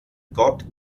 gott